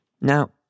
Now